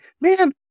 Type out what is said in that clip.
Man